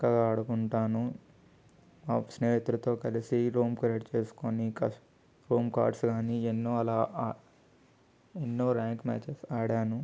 చక్కగా ఆడుకుంటాను మా స్నేహితులతో కలిసి రూమ్ క్రియేట్ చేసుకుని రూమ్ కార్డ్స్ కానీ ఎన్నో అలా ఎన్నో ర్యాంక్ మ్యాచెస్ ఆడాను